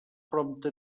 prompte